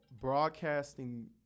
broadcasting –